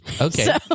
Okay